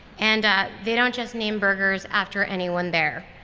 and they don't just name burgers after anyone there.